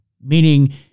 meaning